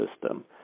system